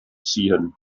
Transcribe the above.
ziehen